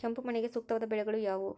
ಕೆಂಪು ಮಣ್ಣಿಗೆ ಸೂಕ್ತವಾದ ಬೆಳೆಗಳು ಯಾವುವು?